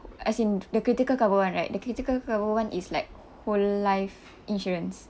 as in the critical cover one right the critical cover one is like whole life insurance